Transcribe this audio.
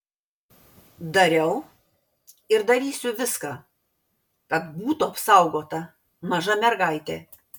dariau ir darysiu viską kad būtų apsaugota maža mergaitė